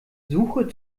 suche